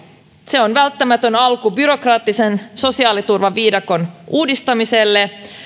se on välttämätön alku byrokraattisen sosiaaliturvaviidakon uudistamiselle